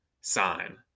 sign